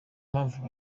mpamvu